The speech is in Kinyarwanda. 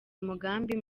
umugambi